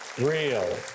Real